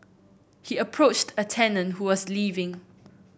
he approached a tenant who was leaving